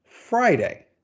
Friday